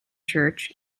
church